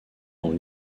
dans